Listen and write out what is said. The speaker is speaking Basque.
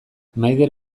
maider